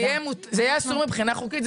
זה יהיה אסור מבחינה חוקית?